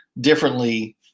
differently